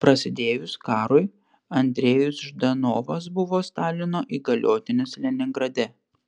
prasidėjus karui andrejus ždanovas buvo stalino įgaliotinis leningrade